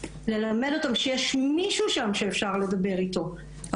ללמד אותם שיש מישהו שם שאפשר לדבר איתו,